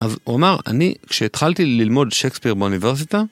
אז אומר אני כשהתחלתי ללמוד שייקספיר באוניברסיטה